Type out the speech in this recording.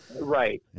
Right